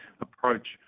approach